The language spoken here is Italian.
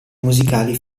musicali